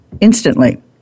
instantly